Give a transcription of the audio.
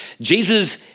Jesus